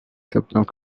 septembre